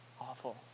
awful